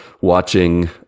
watching